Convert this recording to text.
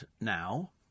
now